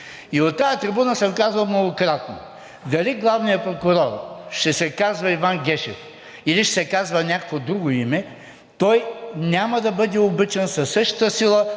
И от тази трибуна съм казвал многократно: дали главният прокурор ще се казва Иван Гешев, или ще се казва с някакво друго име, той няма да бъде обичан със същата сила